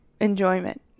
enjoyment